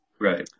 right